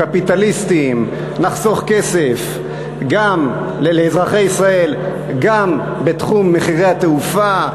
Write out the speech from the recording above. קפיטליסטיים נחסוך כסף לאזרחי ישראל גם בתחום מחירי התעופה,